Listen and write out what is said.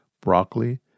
broccoli